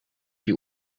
die